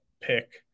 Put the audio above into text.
pick